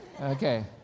Okay